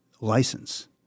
license